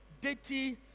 dirty